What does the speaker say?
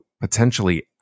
potentially